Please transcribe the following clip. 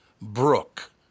Brooke